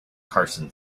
carson